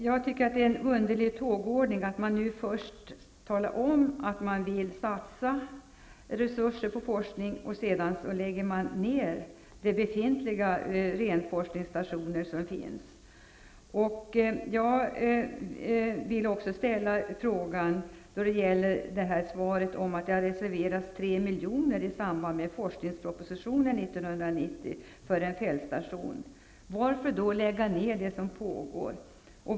Jag tycker att det är en underlig tågordning att man nu först talar om att man vill satsa resurser på forskning och man sedan lägger ner de befintliga renforskningsstationerna. Det sägs i svaret att 3 milj.kr. har reserverats i samband med forskningspropositionen 1990 för en fältstation. Varför då lägga ner forskning som pågår?